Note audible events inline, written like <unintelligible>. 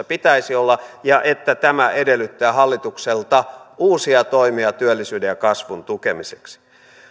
<unintelligible> pitäisi olla ja että tämä edellyttää hallitukselta uusia toimia työllisyyden ja kasvun tukemiseksi